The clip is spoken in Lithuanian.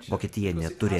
vokietija neturi